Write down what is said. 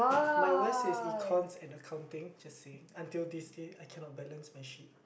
my worst is econs and accounting just seeing until this day I cannot balance my sheet